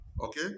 Okay